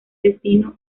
destino